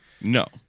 No